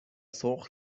سرخ